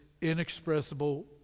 inexpressible